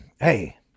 hey